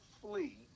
flee